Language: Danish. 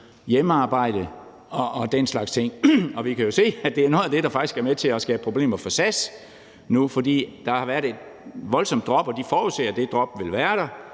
hjemmearbejde og den slags ting. Og vi kan jo se, at det er noget af det, der faktisk er med til at skabe problemer for SAS nu, for der har været et voldsomt drop, og de forudser, at det drop vil være der